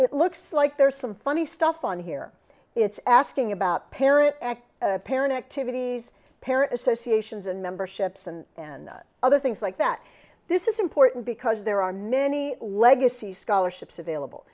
it looks like there's some funny stuff on here it's asking about parent parent activities parent associations and memberships and other things like that this is important because there are many legacy scholarships available